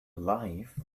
alive